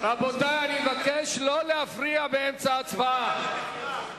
אני מבקש לא להפריע באמצע ההצבעה.